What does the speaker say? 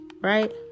Right